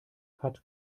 hat